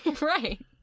Right